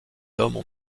hommes